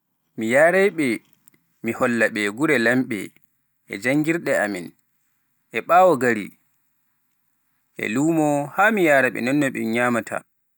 Mi yahray-ɓe mi holla-ɓe gure laamɓe e janngirɗe amin, e ɓaawo gari e luumo haa mi yahra-ɓe non no ɗum nyaamata.